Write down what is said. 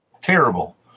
terrible